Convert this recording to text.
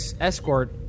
escort